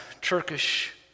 Turkish